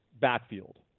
backfield